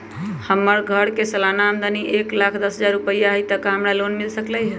हमर घर के सालाना आमदनी एक लाख दस हजार रुपैया हाई त का हमरा लोन मिल सकलई ह?